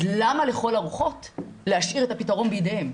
אז למה לכל הרוחות להשאיר את הפתרון בידיהם?